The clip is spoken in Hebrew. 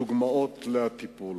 הן דוגמאות לטיפול.